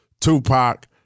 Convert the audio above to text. Tupac